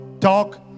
talk